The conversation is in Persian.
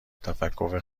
تفکر